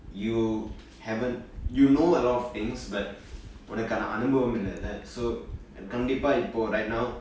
you haven't you know a lot of things but உனக்கு அந்த அனுபவம் இல்ல:unakku antha anubavam illa so கண்டிப்பா இப்பொ:kandippaa ippo right now